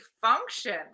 function